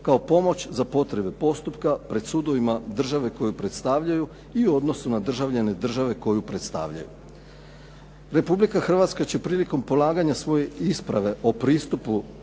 kao pomoć za potrebe postupka pred sudovima države koju predstavljaju i u odnosu na državljane države koju predstavljaju. Republika Hrvatska će prilikom polaganja svoje isprave o pristupu